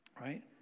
Right